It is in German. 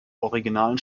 originalen